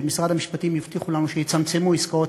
ומשרד המשפטים הבטיחו לנו שיצמצמו עסקאות